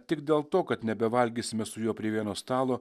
tik dėl to kad nebevalgysime su juo prie vieno stalo